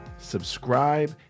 subscribe